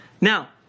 Now